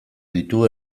ditu